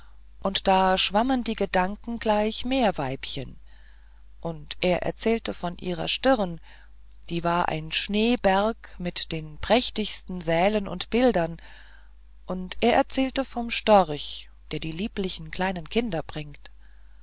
und da schwammen die gedanken gleich meerweibchen und er erzählte von ihrer stirn die war ein schneeberg mit den prächtigsten sälen und bildern und er erzählte vom storch der die lieblichen kleinen kinder bringt